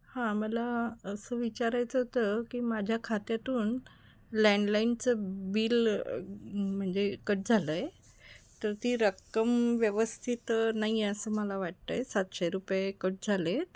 हां मला असं विचारायचं होतं की माझ्या खात्यातून लँडलाईनचं बिल म्हणजे कट झालं आहे तर ती रक्कम व्यवस्थित नाही आहे असं मला वाटतं आहे सातशे रुपये कट झाले आहेत